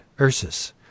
Ursus